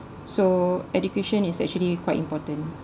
so education is actually quite important